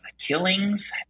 killings